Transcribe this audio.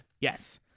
Yes